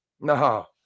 no